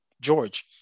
George